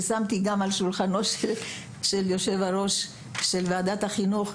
ששמתי גם על שולחנו של יושב ראש ועדת החינוך,